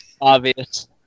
obvious